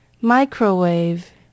Microwave